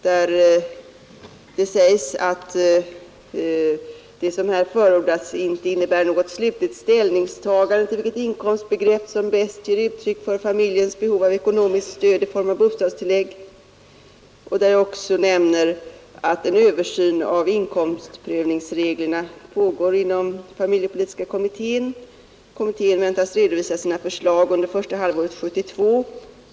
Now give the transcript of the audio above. Där har jag anfört: ”Vad jag här förordat innebär inte något slutgiltigt ställningstagande till vilket inkomstbegrepp som bäst ger uttryck för familjernas behov av ekonomiskt stöd i form av bostadstillägg. Som jag nämnt pågår en översyn av inkomstprövningsreglerna inom familjepolitiska kommittén. Kommittén väntas redovisa sina förslag under första halvåret 1972.